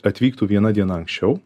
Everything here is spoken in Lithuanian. atvyktų viena diena anksčiau